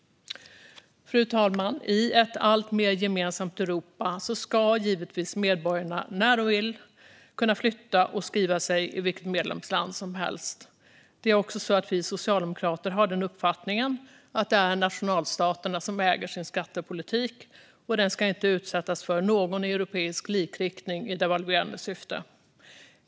Fru talman! I ett alltmer gemensamt Europa ska givetvis medborgarna kunna flytta när de vill och skriva sig i vilket medlemsland som helst. Vi socialdemokrater har också uppfattningen att det är nationalstaterna som äger sin skattepolitik, och den ska inte utsättas för någon europeisk likriktning i devalverande syfte.